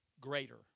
greater